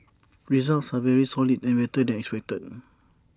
results are very solid and better than expected